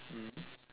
mm